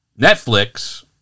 Netflix